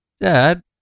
Dad